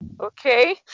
Okay